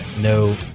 no